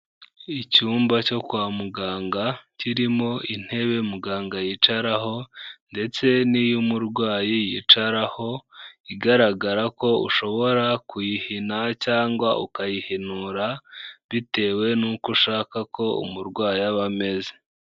Icyumba cyo kwa muganga, kirimo intebe muganga yicaraho ndetse n'iy'umurwayi yicaraho, igaragara ko ushobora kuyihina cyangwa ukayihinura bitewe n'uko ushaka ko umurwayi aba ameze.